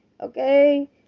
Okay